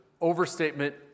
overstatement